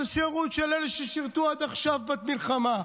השירות של אלה ששירתו עד עכשיו במלחמה,